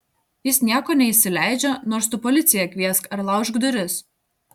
jis nieko neįsileidžia nors tu policiją kviesk ar laužk duris